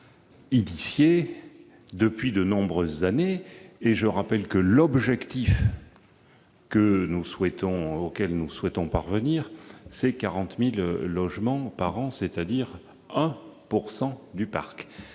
engagée il y a de nombreuses années. Et je rappelle que l'objectif auquel nous souhaitons parvenir est de 40 000 logements par an, c'est-à-dire 1 % du parc.